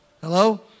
Hello